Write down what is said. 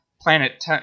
planet